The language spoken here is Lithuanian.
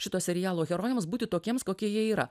šito serialo herojams būti tokiems kokie jie yra